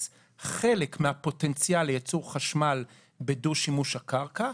חלק מהפוטנציאל לייצור חשמל בדו-שימוש הקרקע,